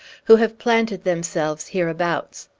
who have planted themselves hereabouts.